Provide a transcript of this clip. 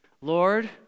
Lord